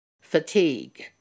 fatigue